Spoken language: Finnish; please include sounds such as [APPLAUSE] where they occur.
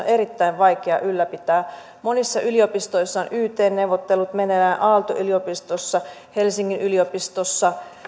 [UNINTELLIGIBLE] erittäin vaikea ylläpitää monissa yliopistoissa on yt neuvottelut meneillään aalto yliopistossa helsingin yliopistossa